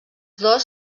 dos